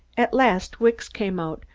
at last wicks came out,